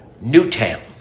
Newtown